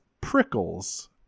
Prickles